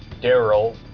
Daryl